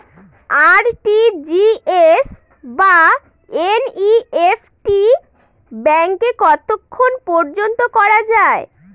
RTGS বা NEFT ব্যাংকে কতক্ষণ পর্যন্ত করা যায়?